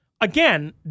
Again